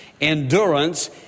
Endurance